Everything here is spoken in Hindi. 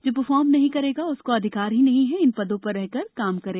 जो परफॉर्म नहीं करेगा उसको अधिकार ही नहीं है कि इन पदों पर रहकर काम करे